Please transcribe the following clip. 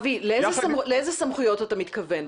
אבי, לאיזה סמכויות אתה מתכוון?